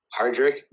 Hardrick